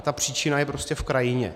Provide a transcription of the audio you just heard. Ta příčina je prostě v krajině.